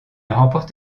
remporte